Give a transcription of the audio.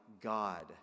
God